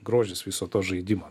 grožis viso to žaidimo